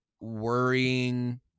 worrying